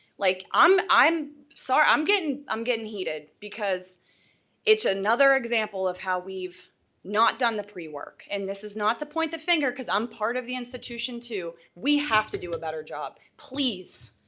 like i'm i'm sorry, i'm getting i'm getting heated, because it's another example of how we've not done the pre-work, and this is not to point the finger, cause i'm part of the institution too, we have to do a better job, please,